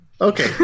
okay